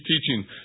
teaching